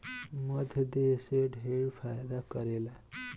मध देह के ढेर फायदा करेला